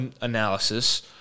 analysis